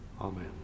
Amen